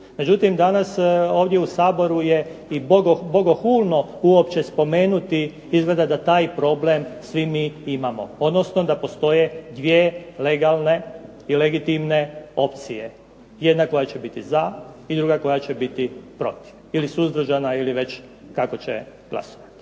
Međutim, danas ovdje u Saboru je i bogohulno uopće spomenuti izgleda da taj problem svi mi imamo, odnosno da postoje dvije legalne i legitimne opcije, jedna koja će biti za i druga koja će biti protiv ili suzdržana ili već kako će glasovati.